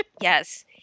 Yes